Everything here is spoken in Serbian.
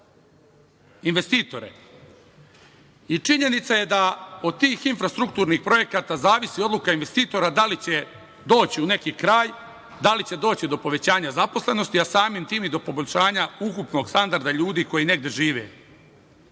i činjenica je da od tih infrastrukturnih projekata zavisi odluka investitora da li će doći u neki kraj, da li će doći do povećanja zaposlenosti, a samim tim i do poboljšanja ukupnog standarda ljudi koji negde